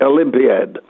Olympiad